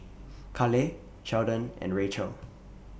Cale Sheldon and Racheal